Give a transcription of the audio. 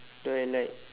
do I like